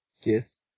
Yes